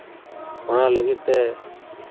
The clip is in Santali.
ᱚᱱᱟ ᱞᱟᱹᱜᱤᱫ ᱛᱮ